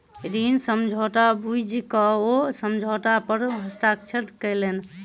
ऋण समझौता बुइझ क ओ समझौता पर हस्ताक्षर केलैन